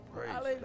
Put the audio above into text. Praise